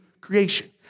creation